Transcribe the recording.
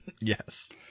Yes